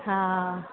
हा